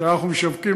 כשאנחנו משווקים,